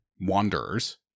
Wanderers